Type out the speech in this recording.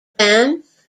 banff